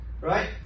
Right